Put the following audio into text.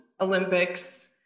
Olympics